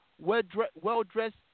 well-dressed